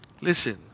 Listen